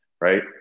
right